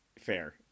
fair